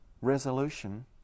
resolution